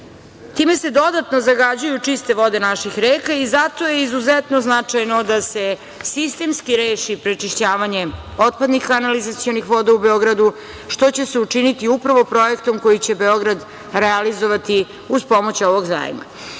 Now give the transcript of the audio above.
reke. Time se dodatno zagađuju čiste vode naših reka i zato je izuzetno značajno da se sistemski reši prečišćavanje otpadnih kanalizacionih voda u Beogradu, što će se učiniti upravo projektom koji će Beograd realizovati uz pomoć ovog zajma. Kada